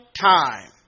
time